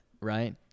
right